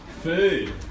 Food